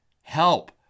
help